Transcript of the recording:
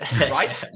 right